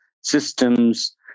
systems